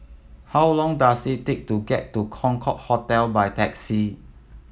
how long does it take to get to Concorde Hotel by taxi